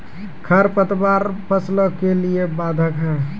खडपतवार फसलों के लिए बाधक हैं?